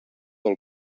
del